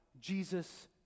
Jesus